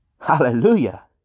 Hallelujah